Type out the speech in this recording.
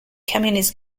communist